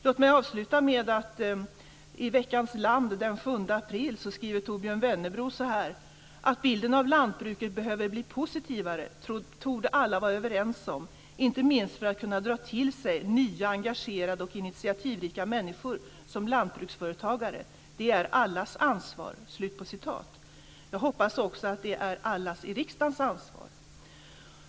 I tidningen Land från den 7 april skriver Torbjörn Wennebro så här: "Att bilden av lantbruket behöver bli positivare torde alla vara överens om, inte minst för att kunna dra till sig nya, engagerade och initiativrika människor som lantbruksföretagare . Det är allas ansvar". Jag hoppas också att det är alla i riksdagens ansvar.